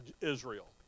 Israel